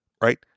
right